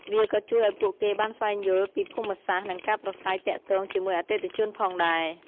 វាក៏ជួយឱ្យពួកគេបានស្វែងយល់ពីភូមិសាស្ត្រ និងការប្រាស្រ័យទាក់ទងជាមួយអតិថិជនផងដែរ។